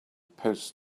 post